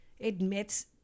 admits